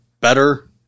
better